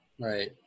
Right